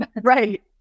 Right